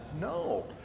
No